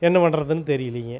என்ன பண்ணுறதுன்னு தெரியலிங்க